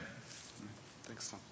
Thanks